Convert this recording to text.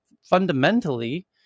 fundamentally